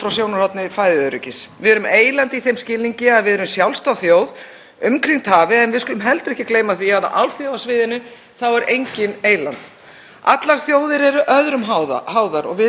Allar þjóðir eru öðrum háðar og við erum ekki sjálfum okkur næg. Þótt við framleiddum nægan mat til að standa undir neyslu þjóðarinnar þá yrði framleiðslan enn háð erlendum aðföngum, tækjum og olíu.